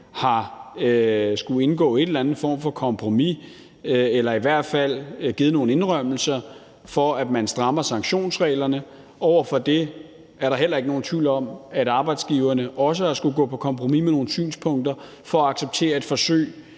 har skullet indgå en eller anden form for kompromis eller i hvert fald give nogle indrømmelser for at få strammet sanktionsreglerne. Modsat er der heller ikke nogen tvivl om, at arbejdsgiverne også har skullet gå på kompromis med nogle synspunkter for at acceptere et forsøg